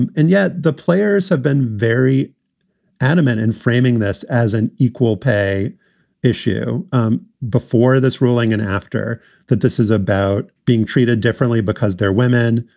and and yet the players have been very adamant in framing this as an equal pay issue um before this ruling. and after that, this is about being treated differently because they're women,